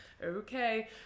okay